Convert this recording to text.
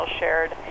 shared